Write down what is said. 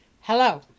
Hello